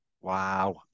Wow